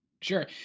sure